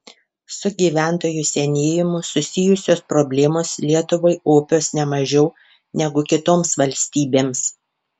su gyventojų senėjimu susijusios problemos lietuvai opios ne mažiau negu kitoms valstybėms